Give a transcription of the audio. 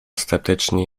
sceptyczni